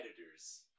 editor's